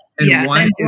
yes